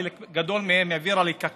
חלק גדול מהם לקק"ל,